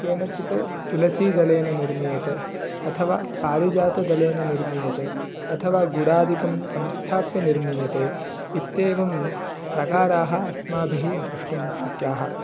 केनचित् तुलसीदलेन निर्मीयते अथवा पारिजातदलेन निर्मीयते अथवा गुडादिकं संस्थाप्य निर्मीयते इत्येवं प्रकाराः अस्माभिः द्रष्टुं शक्याः